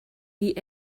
wie